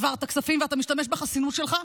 העברת כספים ואתה משתמש בחסינות שלך,